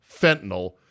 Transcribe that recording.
fentanyl